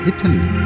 Italy